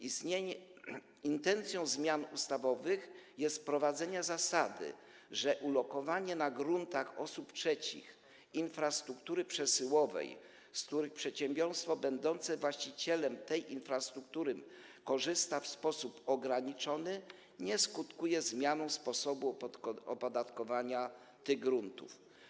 Intencją dokonania zmian ustawowych jest wprowadzenie zasady, że ulokowanie na gruntach osób trzecich infrastruktury przesyłowej, z której przedsiębiorstwo będące właścicielem tej infrastruktury korzysta w sposób ograniczony, nie skutkuje zmianą sposobu opodatkowania tych gruntów.